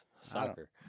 soccer